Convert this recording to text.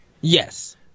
Yes